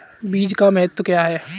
बीज का महत्व क्या है?